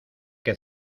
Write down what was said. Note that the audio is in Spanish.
que